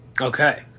Okay